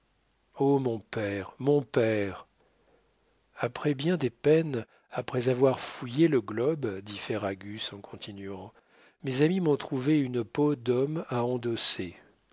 o mon père mon père après bien des peines après avoir fouillé le globe dit ferragus en continuant mes amis m'ont trouvé une peau d'homme à endosser